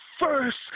first